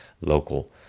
local